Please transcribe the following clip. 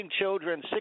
children